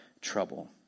trouble